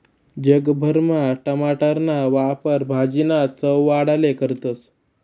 जग भरमा टमाटरना वापर भाजीना चव वाढाले करतस